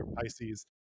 Pisces